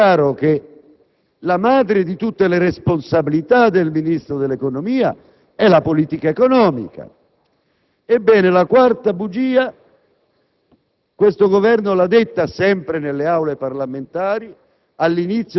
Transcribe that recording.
quarta bugia riguarda più il merito del ruolo specifico del Ministro dell'economia e delle finanze. I casi che ho ricordato riguardano il Ministero dell'economia ma è chiaro che